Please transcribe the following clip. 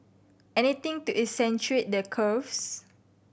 anything to accentuate the curves